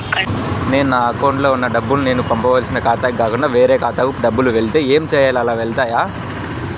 నేను నా అకౌంట్లో వున్న డబ్బులు నేను పంపవలసిన ఖాతాకి కాకుండా వేరే ఖాతాకు డబ్బులు వెళ్తే ఏంచేయాలి? అలా వెళ్తాయా?